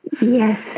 Yes